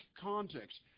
context